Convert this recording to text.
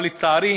אבל לצערי,